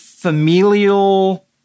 familial